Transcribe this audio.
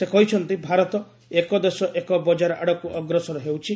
ସେ କହିଛନ୍ତି ଭାରତ 'ଏକ ଦେଶ ଏକ ବଜାର' ଆଡକୁ ଅଗ୍ରସର ହେଉଛି